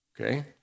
okay